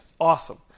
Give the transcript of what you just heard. awesome